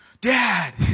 Dad